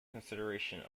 consideration